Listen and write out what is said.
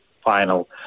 final